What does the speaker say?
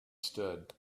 stood